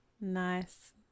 Nice